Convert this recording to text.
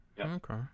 Okay